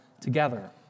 together